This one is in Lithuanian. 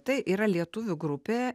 tai yra lietuvių grupė